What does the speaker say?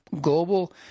Global